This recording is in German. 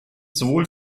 sowohl